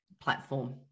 platform